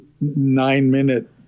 nine-minute